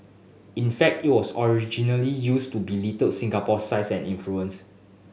in fact it was originally used to belittle Singapore's size and influence